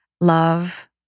Love